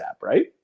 right